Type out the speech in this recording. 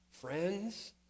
Friends